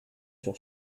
sur